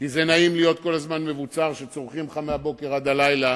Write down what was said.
לא כי זה נעים להיות כל הזמן מבוצר כשצורחים לך מהבוקר עד הלילה